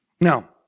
Now